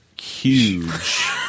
huge